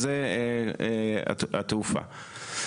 שהיא התעופה.